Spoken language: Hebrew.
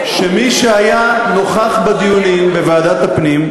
שמי שהיה נוכח בדיונים בוועדת הפנים,